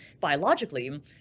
biologically